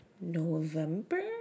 November